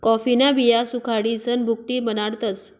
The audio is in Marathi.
कॉफीन्या बिया सुखाडीसन भुकटी बनाडतस